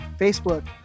Facebook